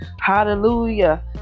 hallelujah